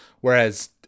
whereas